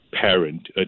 parent